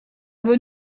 veut